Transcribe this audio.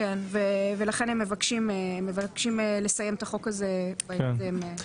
לכן הם מבקשים לסיים את החוק הזה בהקדם.